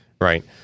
right